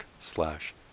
slash